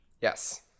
yes